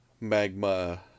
magma